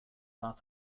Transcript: laugh